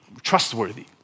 trustworthy